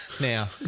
now